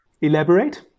Elaborate